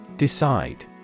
Decide